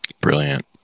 Brilliant